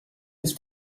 ist